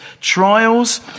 trials